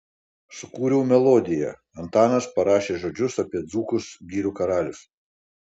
sukūriau melodiją antanas parašė žodžius apie dzūkus girių karalius